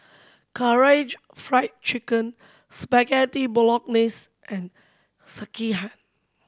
Karaage Fried Chicken Spaghetti Bolognese and Sekihan